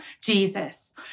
Jesus